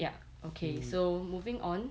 ya okay so moving on